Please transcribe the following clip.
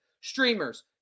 streamers